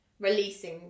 releasing